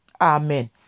Amen